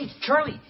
Charlie